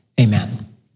amen